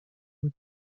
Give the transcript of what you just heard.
بود